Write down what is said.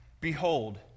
Behold